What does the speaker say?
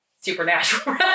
supernatural